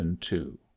two